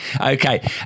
Okay